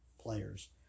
players